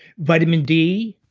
vitamin d,